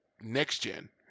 next-gen